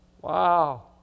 Wow